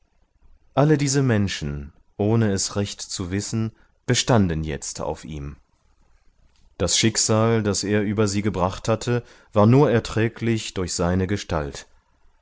alle diese menschen ohne es recht zu wissen bestanden jetzt auf ihm das schicksal das er über sie gebracht hatte war nur erträglich durch seine gestalt